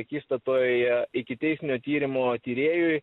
akistatoj ikiteisminio tyrimo tyrėjui